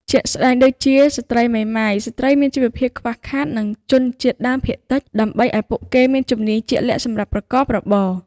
ជាក់ស្ដែងដូចជា ស្ត្រីមេម៉ាយ ស្ត្រីមានជីវភាពខ្វះខាត និងជនជាតិដើមភាគតិច ដើម្បីឱ្យពួកគេមានជំនាញជាក់លាក់សម្រាប់ប្រកបរបរ។